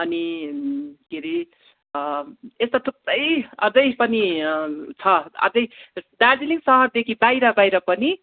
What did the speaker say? अनि के हरे यस्तो थुप्रै अझै पनि छ अझै दार्जिलिङ सहरदेखि बाहिर बाहिर पनि